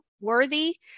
worthy